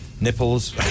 Nipples